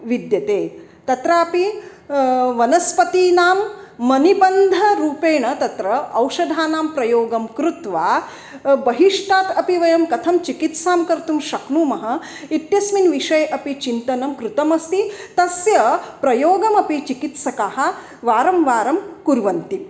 विद्यते तत्रापि वनस्पतीनां मणिबन्धरूपेण तत्र औषधानां प्रयोगं कृत्वा बहिष्टात् अपि वयं कथं चिकित्सां कर्तुं शक्नुमः इत्यस्मिन् विषये अपि चिन्तनं कृतमस्ति तस्य प्रयोगमपि चिकित्सकाः वारं वारं कुर्वन्ति